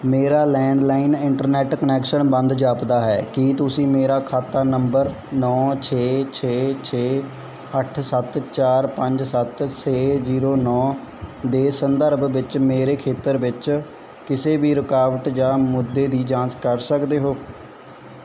ਮੇਰਾ landline internet connection ਬੰਦ ਜਾਪਦਾ ਹੈ ਕੀ ਤੁਸੀਂ ਮੇਰਾ ਖਾਤਾ ਨੰਬਰ ਨੌ ਛੇ ਛੇ ਛੇ ਅੱਠ ਸੱਤ ਚਾਰ ਪੰਜ ਸੱਤ ਛੇ ਜ਼ੀਰੋ ਨੌ ਦੇ ਸੰਦਰਭ ਵਿੱਚ ਮੇਰੇ ਖੇਤਰ ਵਿੱਚ ਕਿਸੇ ਵੀ ਰੁਕਾਵਟ ਜਾਂ ਮੁੱਦੇ ਦੀ ਜਾਂਚ ਕਰ ਸਕਦੇ ਹੋ